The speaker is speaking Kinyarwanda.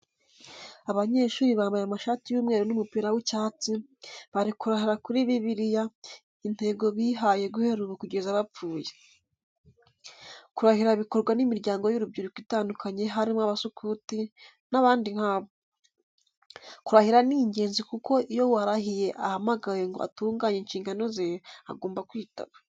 Abanyeshuri bambaye amashati y'umweru n'umupira w'icyatsi, bari kurahira kuri Bibiliya, intego bihaye guhera ubu kugeza bapfuye. Kurahira bikorwa n'imiryango y'urubyiruko itandukanye harimo abasukuti n'abandi nkabo. Kurahira ni ingenzi kuko iyo uwarahiye ahamagawe ngo atunganye inshingano ze, agomba kwitaba.